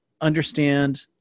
understand